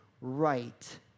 right